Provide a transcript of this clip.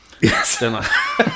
Yes